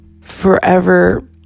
forever